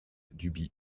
duby